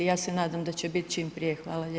Ja se nadam da će bit čim prije.